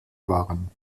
waren